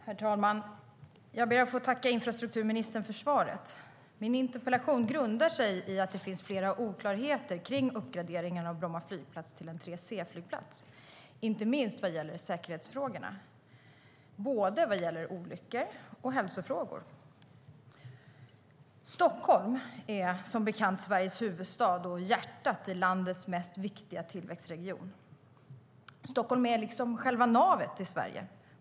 Herr talman! Jag ber att få tacka infrastrukturministern för svaret. Min interpellation grundar sig i att det finns flera oklarheter kring uppgraderingen av Bromma flygplats till en 3C-flygplats, inte minst vad gäller säkerhetsfrågorna. Det gäller både olyckor och hälsa. Stockholm är som bekant Sveriges huvudstad och hjärtat i landets viktigaste tillväxtregion. Stockholm är liksom själva navet i Sverige.